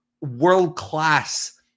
world-class